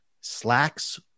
slacks